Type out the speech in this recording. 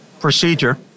procedure